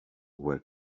where